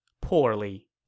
poorly